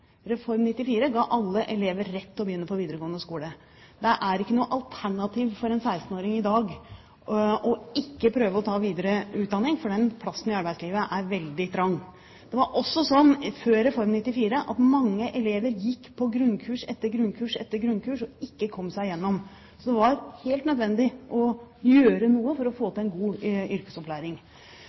Reform 94 ga alle elever rett til å begynne på videregående skole. Det er ikke noe alternativ for en 16-åring i dag ikke å prøve å ta videre utdanning, for plassen i arbeidslivet er veldig trang. Det var også sånn før Reform 94 at mange elever gikk på grunnkurs etter grunnkurs etter grunnkurs, og ikke kom seg gjennom. Så det var helt nødvendig å gjøre noe for å få til en god yrkesopplæring.